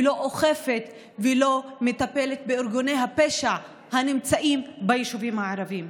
לא אוכפת ולא מטפלת בארגוני הפשע הנמצאים ביישובים הערביים.